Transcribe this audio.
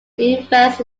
invest